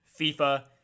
FIFA